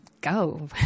go